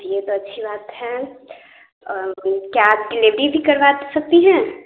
ये तो अच्छी बात है और को क्या आप डिलीवरी भी करवा सकती हैं